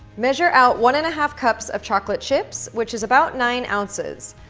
measure out one-and-a-half cups of chocolate chips, which is about nine ounces,